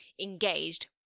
engaged